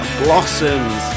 blossoms